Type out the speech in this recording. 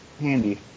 handy